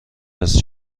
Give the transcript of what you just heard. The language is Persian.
است